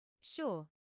Sure